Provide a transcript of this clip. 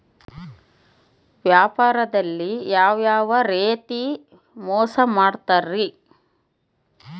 ವ್ಯಾಪಾರದಲ್ಲಿ ಯಾವ್ಯಾವ ರೇತಿ ಮೋಸ ಮಾಡ್ತಾರ್ರಿ?